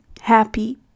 happy